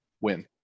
win